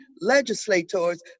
legislators